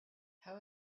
how